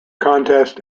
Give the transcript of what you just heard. contest